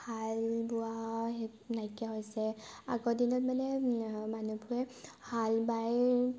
হাল বোৱা নাইকিয়া হৈছে আগৰ দিনত মানে মানুহবোৰে হাল বাই